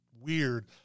weird